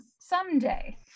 someday